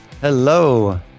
Hello